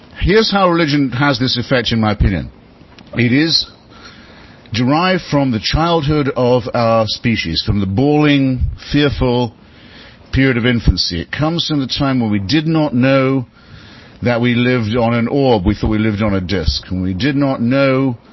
here's how religion has this effect, in my opinion it is derived from the childhood of our species, from the bawling, fearful period of infancy. it comes from the time when we did not know that we lived on an orb. we thought we lived on a disc. and we did not know